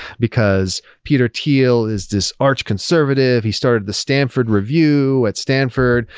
because peter thiel is this archconservative. he started the stanford review at stanford.